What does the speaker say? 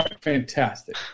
Fantastic